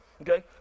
Okay